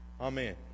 Amen